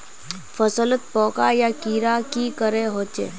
फसलोत पोका या कीड़ा की करे होचे?